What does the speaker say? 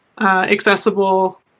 accessible